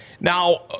Now